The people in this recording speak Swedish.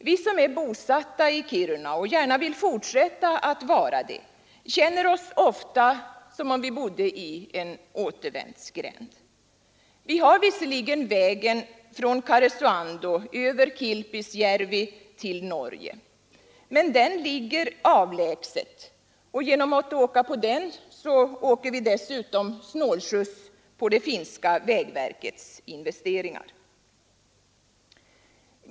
Vi som är bosatta i Kiruna — och gärna vill fortsätta att vara det — känner oss ofta som i en återvändsgränd. Vi har visserligen vägen från Karesuando över Kilpisjärvi till Norge, men den ligger avlägset och genom att använda den åker vi dessutom snålskjuts på det finska vägverkets investeringar.